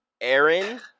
Aaron